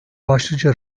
başlıca